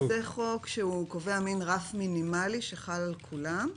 זה חוק שקובע מן רף מינימלי שחל על כולם.